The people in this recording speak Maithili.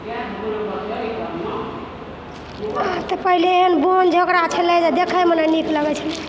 तऽ पहिने एहन बोन झोँकरा छलै जे देखयमे नहि नीक लगै छलै